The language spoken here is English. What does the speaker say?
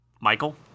Michael